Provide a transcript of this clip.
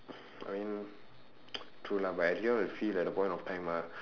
I mean true lah but at the end I will feel that at that point of time ah